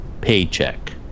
paycheck